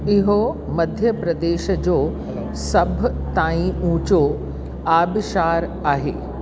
इहो मध्य प्रदेश जो सभ ताईं ऊचो आबिशार आहे